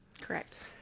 Correct